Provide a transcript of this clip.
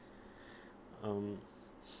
um